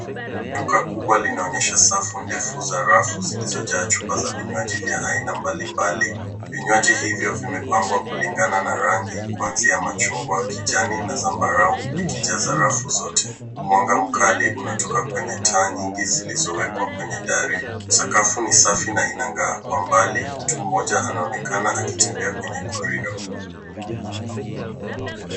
Duka kubwa linaonyesha safu ndefu za rafu zilizojaa chupa za vinywaji vya aina mbalimbali. Vinywaji hivyo vimepangwa kulingana na rangi kuanzia machungwa, kijana na zambarau ikijaza rafu zote. Mwanga mkali unatoka kwenye taa nyingi zilizowekwa kwenye dari. Sakafu ni safi na inang'aa. Kwa mbali mtu mmoja anaonekana akitembea kwenye korido